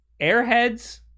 Airheads